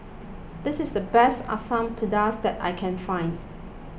this is the best Asam Pedas that I can find